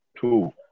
two